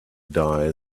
die